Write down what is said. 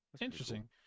Interesting